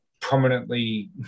prominently